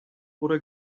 oder